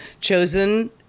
Chosen